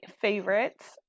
favorites